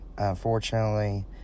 Unfortunately